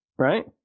Right